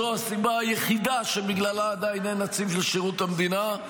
זו הסיבה היחידה שבגללה עדיין אין נציב לשירות המדינה.